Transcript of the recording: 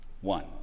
One